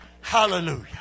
Hallelujah